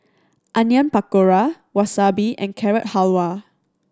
Onion Pakora Wasabi and Carrot Halwa